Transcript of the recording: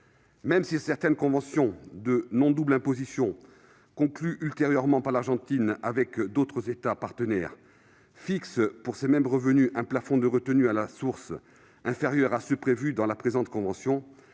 Même si certaines conventions tendant à éviter les doubles impositions, conclues ultérieurement par l'Argentine avec d'autres États partenaires, fixent pour ces mêmes revenus des plafonds de retenue à la source inférieurs à ceux que prévoit la présente convention,